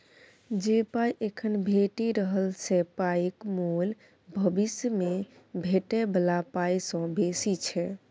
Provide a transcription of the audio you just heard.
जे पाइ एखन भेटि रहल से पाइक मोल भबिस मे भेटै बला पाइ सँ बेसी छै